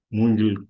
Mungil